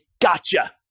Gotcha